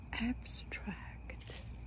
abstract